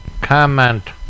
comment